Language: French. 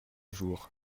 jours